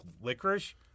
licorice